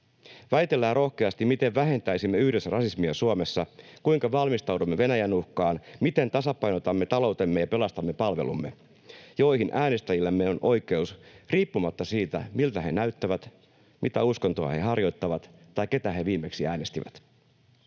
Väitellään rohkeasti, miten vähentäisimme yhdessä rasismia Suomessa, kuinka valmistaudumme Venäjän uhkaan, miten tasapainotamme taloutemme ja pelastamme palvelumme, joihin äänestäjillämme on oikeus riippumatta siitä, miltä he näyttävät, mitä uskontoa he harjoittavat tai ketä he viimeksi äänestivät.